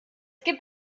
gibt